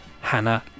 Hannah